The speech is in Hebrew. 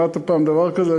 שמעת פעם דבר כזה,